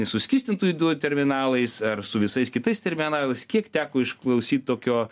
suskystintųjų dujų terminalais ar su visais kitais terminalais kiek teko išklausyt tokio